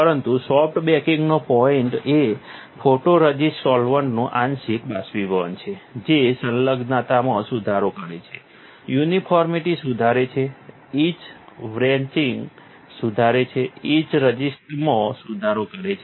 પરંતુ સોફ્ટ બેકિંગનો પોઇંટ એ ફોટોરઝિસ્ટ સોલ્વન્ટનું આંશિક બાષ્પીભવન છે જે સંલગ્નતામાં સુધારો કરે છે યુનિફોર્મિટી સુધારે છે ઇચ વ્રેચિંગ સુધારે છે ઇચ રઝિસ્ટમાં સુધારો કરે છે